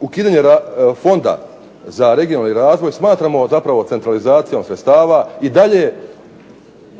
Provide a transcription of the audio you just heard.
ukidanje Fonda za regionalni razvoj smatramo zapravo centralizacijom sredstava i dalje